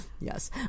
Yes